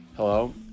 Hello